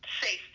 safety